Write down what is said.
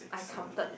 I counted